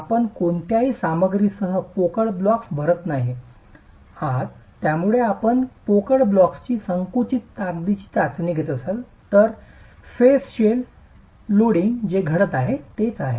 आपण कोणत्याही सामग्रीसह पोकळ ब्लॉक्स भरत नाही आहात ज्यामुळे आपण पोकळ ब्लॉकची संकुचित ताकदीची चाचणी घेत आहात तर चेहरा शेल लोडिंग जे घडत आहे ते आहे